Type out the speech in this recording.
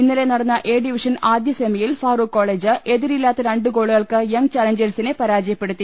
ഇന്നലെ നടന്ന A division ആദ്യ സെമിയിൽ ഫാറൂഖ് കോളെജ് എതിരില്ലാത്ത രണ്ട് ഗോളുകൾക്ക് യംഗ് ചാലഞ്ചേഴ്സിനെ പരാജയപ്പെടുത്തി